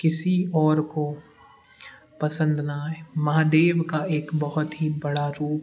किसी और को पसंद ना आए महादेव का एक बहुत ही बड़ा रूप